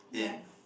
in